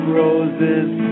roses